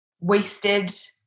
wasted